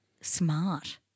smart